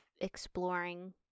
exploring